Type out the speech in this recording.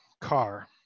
car